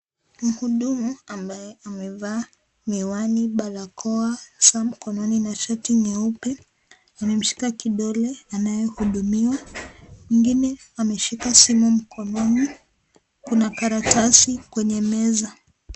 Mhudumu ambaye amevaa miwani, barakoa, saa mkononi na shati nyeupe, amemshika kidole anayehudumiwa. Mwingine ameshika simu mkononi. Kuna karatasi kwenye meza.